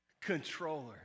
Controller